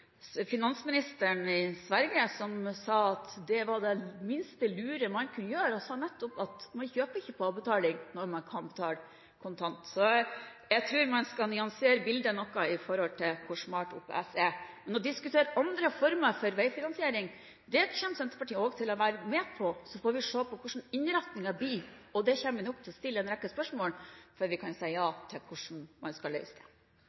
finansministeren i Sverige sa at det var det minst lure man kunne gjøre, og at man nettopp ikke kjøper på avbetaling når man kan betale kontant. Så jeg tror man skal nyansere bildet noe med tanke på hvor smart det er med OPS. Å diskutere andre former for veifinansiering kommer Senterpartiet til å være med på. Så får vi se på hvordan innretningen blir. Vi kommer nok til å stille en rekke spørsmål før vi kan si ja til hvordan man skal